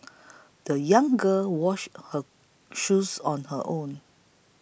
the young girl washed her shoes on her own